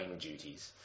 duties